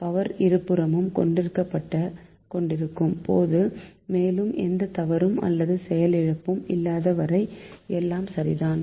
power இரு புறமும் கொடுக்கப்பட்டுக்கொண்டிருக்கும் போது மேலும் எந்த தவறும் அல்லது செயலிழப்பும் இல்லாத வரை எல்லாம் சரிதான்